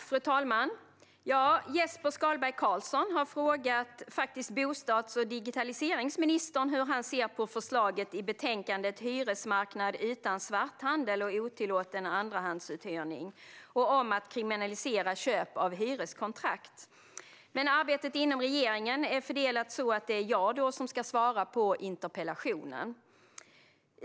Fru talman! Jesper Skalberg Karlsson har frågat bostads och digitaliseringsministern hur han ser på förslaget i betänkandet Hyresmarknad utan svarthandel och otillåten andrahandsuthyrning och på att kriminalisera köp av hyreskontrakt. Arbetet inom regeringen är så fördelat att det är jag som ska svara på interpellationen.